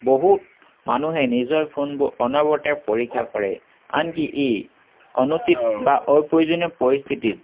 বহুত মানুহে নিজৰ ফোনবোৰ অনবৰতে পৰীক্ষা কৰে আনকি ই অনুচিত বা অপ্ৰয়োজনীয় পৰিস্থিতিত